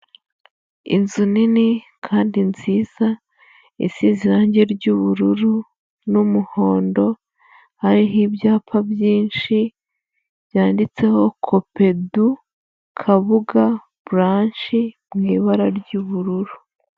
Inzu nini kandi nziza, isize irangi ry'ubururu n'umuhondo, hariho ibyapa byinshi, byanditseho kopedu Kabuga buranshi mu ibara ry'ubururu.